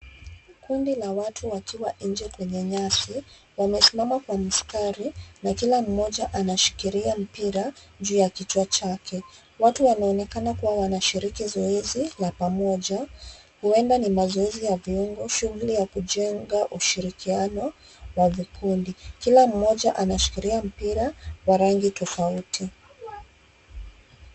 Kundi la watu wakiwa nje kwenye nyasi wamesimama kwa mstari na kila mmoja anashikilia mpira juu ya kichwa chake, watu wanaonekana kuwa wanashiriki zoezi la pamoja huenda ni mazoezi ya viungo shughuli ya kujenga ushirikiano wa vikundi kila mmoja anashikilia mpira wa rangi tofauti.